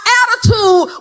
attitude